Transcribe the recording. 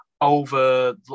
over